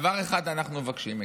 דבר אחד אנחנו מבקשים מכם: